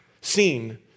seen